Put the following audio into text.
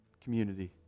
community